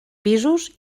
pisos